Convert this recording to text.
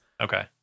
Okay